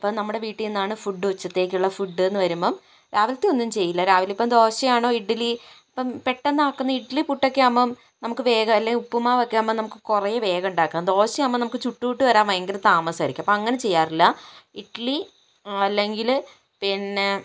അപ്പം നമ്മുടെ വീട്ടിൽ നിന്നാണ് ഫുഡ് ഉച്ചക്കത്തേക്കുള്ള ഫുഡ് എന്നു വരുമ്പം രാവിലത്തെ ഒന്നും ചെയ്യില്ല രാവിലെ ഇപ്പം ദോശയാണോ ഇഡിലി ഇപ്പം പെട്ടെന്നാകുന്ന ഇഡിലി പുട്ടൊക്കെയാകുമ്പോൾ നമുക്കു വേഗം അല്ലേ ഉപ്പുമാവൊക്കെ ആകുമ്പോൾ നമുക്ക് കുറേ വേഗം ഉണ്ടാക്കാം ദോശയാകുമ്പോൾ നമുക്ക് ചുട്ട് ചുട്ട് വരാൻ ഭയങ്കര താമസമായിരിക്കും അപ്പോൾ അങ്ങനെ ചെയ്യാറില്ല ഇഡിലി അല്ലെങ്കിൽ പിന്നെ